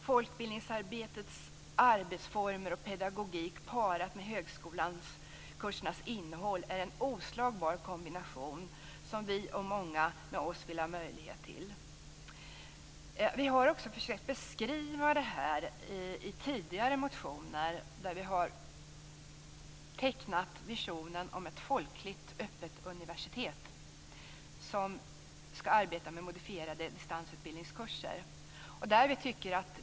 Folkbildningens arbetsformer och pedagogik parat med högskolekursernas innehåll är en oslagbar kombination som vi och många med oss vill ha tillgång till. Vi har också försökt att beskriva detta i tidigare motioner, där vi har tecknat visionen om ett folkligt och öppet universitet som skall arbeta med modifierade distansutbildningskurser.